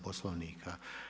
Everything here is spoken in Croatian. Poslovnika.